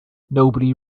nobody